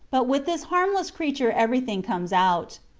but with this harmless creature everything comes out.